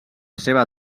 seva